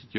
i.